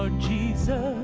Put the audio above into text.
so jesus